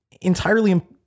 entirely